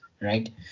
right